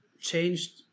changed